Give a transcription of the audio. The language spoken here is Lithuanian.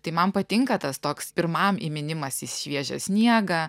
tai man patinka tas toks pirmam įmynimas į šviežią sniegą